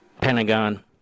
Pentagon